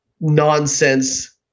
nonsense